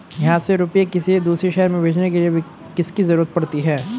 यहाँ से रुपये किसी दूसरे शहर में भेजने के लिए किसकी जरूरत पड़ती है?